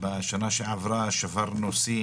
בשנה שעברה שברנו שיא